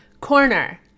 corner